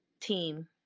team